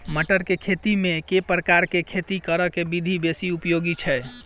मटर केँ खेती मे केँ प्रकार केँ खेती करऽ केँ विधि बेसी उपयोगी छै?